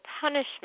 punishment